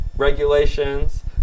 regulations